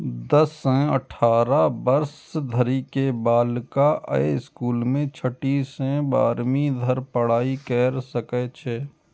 दस सं अठारह वर्ष धरि के बालिका अय स्कूल मे छठी सं बारहवीं धरि पढ़ाइ कैर सकै छै